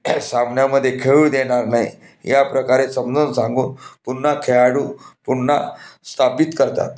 सामन्यामध्ये खेळू देणार नाही ह्या प्रकारे समजावून सांगून पुन्हा खेळाडू पुन्हा स्थापित करतात